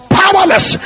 powerless